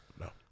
No